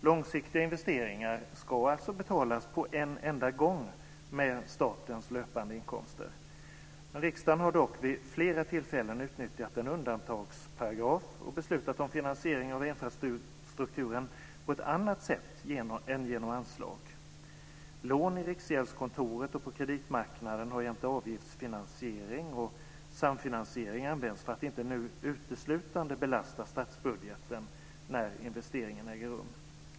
Långsiktiga investeringar ska alltså betalas omedelbart med statens löpande inkomster. Riksdagen har dock vid flera tillfällen utnyttjat en undantagsparagraf och beslutat om finansiering av infrastrukturen på ett annat sätt än genom anslag. Lån i Riksgäldskontoret och på kreditmarknaden har jämte avgiftsfinansiering och samfinansiering gjort att dessa investeringar nu inte uteslutande belastar statsbudgeten.